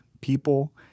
people